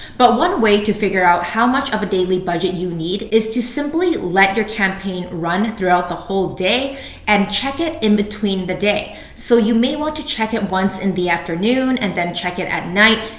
but one way to figure out how much of a daily budget you need is to simply let your campaign run throughout the whole day and check it in between the day. so you may want to check it once in the afternoon, and then check it at night,